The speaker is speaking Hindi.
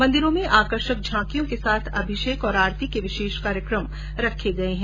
मन्दिरों में आकर्षक झांकियों के साथ अभिषेक और आरती के विशेष कार्यक्रम रखे गए है